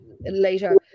later